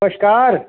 नमस्कार